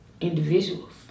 individuals